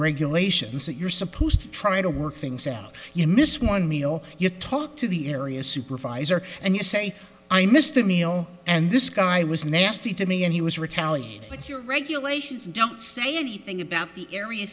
regulations that you're supposed to try to work things out you miss one meal you talk to the area supervisor and you say i missed a meal and this guy was nasty to me and he was retaliated but your regulations don't say anything about the area